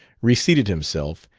reseated himself,